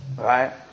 right